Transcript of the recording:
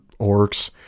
orcs